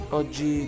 oggi